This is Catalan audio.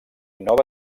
nova